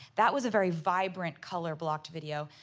that was a very vibrant color-blocked video.